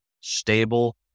stable